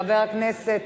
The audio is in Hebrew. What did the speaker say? חבר הכנסת,